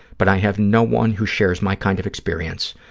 but i have no one who shares my kind of experience.